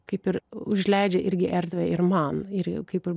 kaip ir užleidžia irgi erdvę ir man ir kaip ir